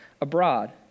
abroad